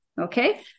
Okay